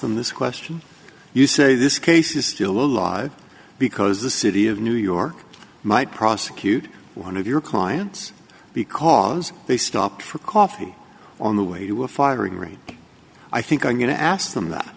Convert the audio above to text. them this question you say this case is the law because the city of new york might prosecute one of your clients because they stopped for coffee on the way to a firing range i think i'm going to ask them that